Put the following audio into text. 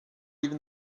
even